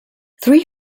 three